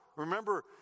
Remember